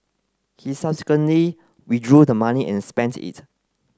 he subsequently withdrew the money and spent it